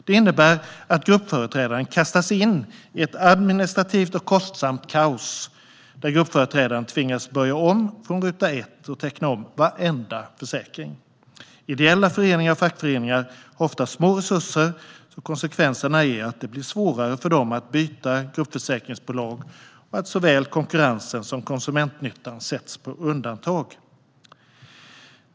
Det innebär att gruppföreträdaren kastas in i ett administrativt och kostsamt kaos, där gruppföreträdaren tvingas börja om från ruta ett och teckna om varenda försäkring. Ideella föreningar och fackföreningar har ofta små resurser, och konsekvenserna är att det blir svårare för dem att byta gruppförsäkringsbolag och att såväl konkurrensen som konsumentnyttan sätts på undantag.